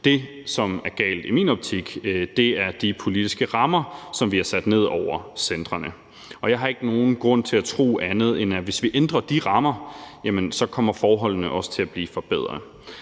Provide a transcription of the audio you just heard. Det, som er galt i min optik, er de politiske rammer, som vi har sat ned over centrene. Og jeg har ikke nogen grund til at tro andet, end at hvis vi ændrer de rammer, kommer forholdene også til at blive forbedret.